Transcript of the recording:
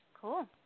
Cool